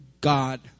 God